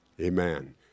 Amen